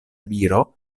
viro